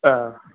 ஆ